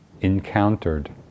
encountered